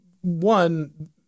One